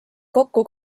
kokku